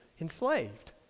enslaved